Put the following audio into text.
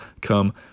come